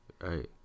Right